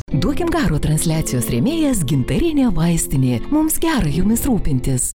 duokim garo transliacijos rėmėjas gintarinė vaistinė mums gera jumis rūpintis